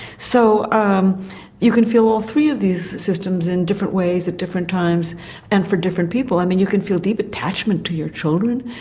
so um you can feel all three of these systems in different ways at different times and for different people. i mean you can feel deep attachment to your children,